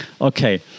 okay